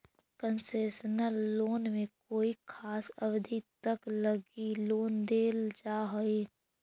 concessional loan में कोई खास अवधि तक लगी लोन देल जा हइ